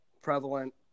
prevalent